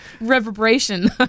reverberation